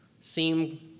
seem